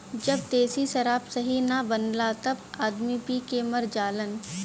जब देशी शराब सही न बनला तब आदमी पी के मर जालन